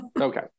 Okay